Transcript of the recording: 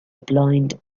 blind